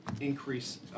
increase